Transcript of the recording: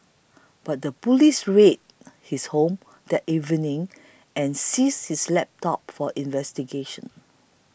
but the police raided his home that evening and seized his desktop for investigation